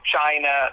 China